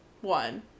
one